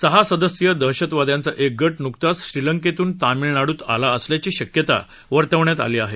सहा सदस्यीय दहशतवाद्यांचा एक गट नुकताच श्रीलंकेतून तामिळनाडूत आला असल्याची शक्यता वर्तवण्यात आली आहे